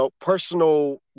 personal